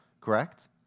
correct